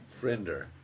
friender